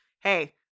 hey